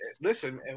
listen